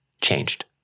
changed